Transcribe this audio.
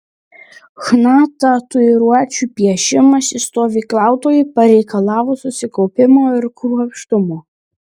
chna tatuiruočių piešimas iš stovyklautojų pareikalavo susikaupimo ir kruopštumo